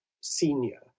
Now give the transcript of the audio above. senior